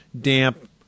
damp